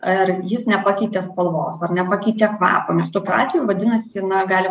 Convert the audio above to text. ar jis nepakeitė spalvos ar nepakeitė kvapo nes tokiu atveju vadinasi na gali